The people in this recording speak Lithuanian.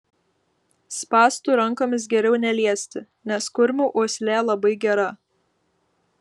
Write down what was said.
spąstų rankomis geriau neliesti nes kurmių uoslė labai gera